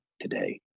today